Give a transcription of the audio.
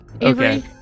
Avery